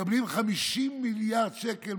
מקבלת 50 מיליארד שקל,